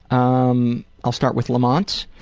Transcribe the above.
um i'll start with lamont's.